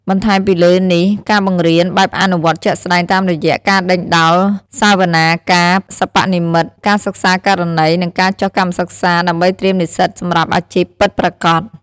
បន្ថែមពីលើនេះការបង្រៀនបែបអនុវត្តជាក់ស្តែងតាមរយៈ ការដេញដោលសវនាការសិប្បនិម្មិត ការសិក្សាករណី និងការចុះកម្មសិក្សា ដើម្បីត្រៀមនិស្សិតសម្រាប់អាជីពពិតប្រាកដ។